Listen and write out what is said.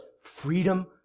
Freedom